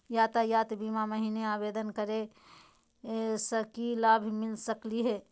यातायात बीमा महिना आवेदन करै स की लाभ मिलता सकली हे?